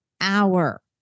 hour